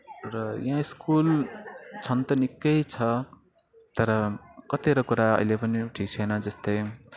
र यहाँ स्कुल छन त निकै छ तर कतिवटा कुरा अहिले पनि ठिक छैन जस्तै